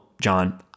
John